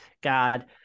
God